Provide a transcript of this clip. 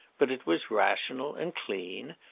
but it was rational and clean.